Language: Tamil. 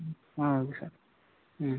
ம் ஆ ஓகே சார் ம்